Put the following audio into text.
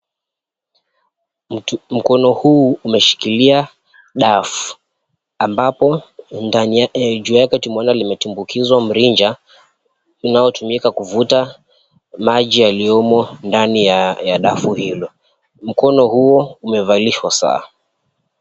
Mkono huu umeshikilia dawa. Ambapo mkono umetumbukizwa mrinja unaotumika kuvuta maji yaliyomo ndani ya dafu hilo. Mkono huu umevalishwa saa.